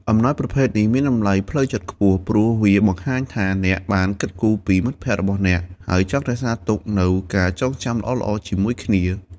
អំណោយប្រភេទនេះមានតម្លៃផ្លូវចិត្តខ្ពស់ ព្រោះវាបង្ហាញថាអ្នកបានគិតគូរពីមិត្តភក្តិរបស់អ្នក ហើយចង់រក្សាទុកនូវការចងចាំល្អៗជាមួយគ្នា។